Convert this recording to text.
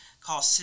called